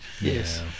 Yes